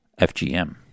FGM